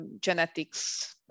genetics